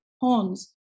horns